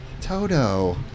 Toto